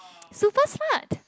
super smart